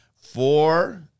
Four